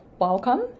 welcome